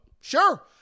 Sure